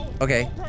Okay